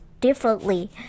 differently